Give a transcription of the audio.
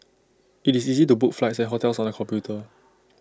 IT is easy to book flights and hotels on the computer